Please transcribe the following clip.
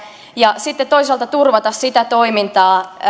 ja sitten toisaalta tarvitsee turvata sitä toimintaa